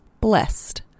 Blessed